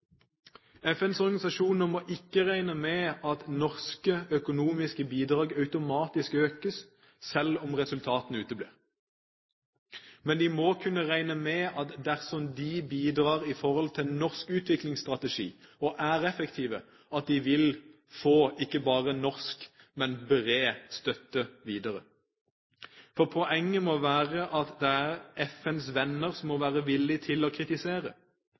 FNs organisasjoner må ikke regne med at norske økonomiske bidrag automatisk økes selv om resultatene uteblir. Men de må kunne regne med at dersom de bidrar i henhold til norsk utviklingsstrategi og er effektive, vil de få ikke bare norsk støtte, men bred støtte videre. For poenget må være at det er FNs venner som må være villige til å kritisere.